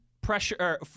pressure